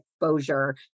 exposure